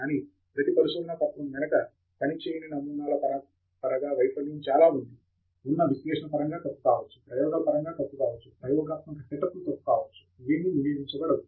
కానీ ప్రతి పరిశోధనా పత్రము వెనుక పని చేయని నమూనాల పరంగా వైఫల్యం చాలా ఉంది ఉన్న విశ్లేషణ పరంగా తప్పు కావచ్చు ప్రయోగాల పరంగా తప్పు కావచ్చు ప్రయోగాత్మక సెటప్లు తప్పు కావచ్చు ఇవేమీ నివేదించబడవు